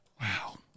wow